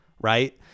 right